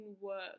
work